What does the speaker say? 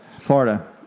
Florida